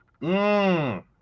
Mmm